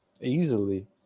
Easily